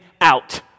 out